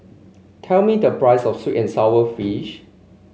tell me the price of sweet and sour fish